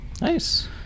Nice